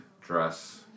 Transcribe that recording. dress